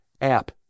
app